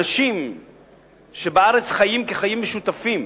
אנשים שבארץ חיים חיים משותפים,